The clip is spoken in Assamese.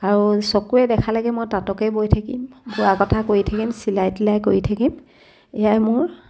আৰু চকুৰে দেখা লৈকে মই তাঁতকে বৈ থাকিম বোৱা কটা কৰি থাকিম চিলাই তিলাই কৰি থাকিম এয়াই মোৰ